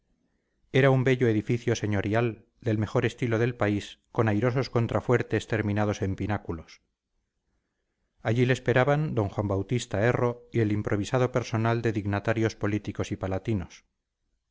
era un bello edificio señorial del mejor estilo del país con airosos contrafuertes terminados en pináculos allí le esperaban d juan bautista erro y el improvisado personal de dignatarios políticos y palatinos